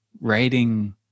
writing